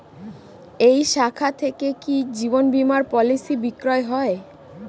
এই শাখা থেকে কি জীবন বীমার পলিসি বিক্রয় হয়?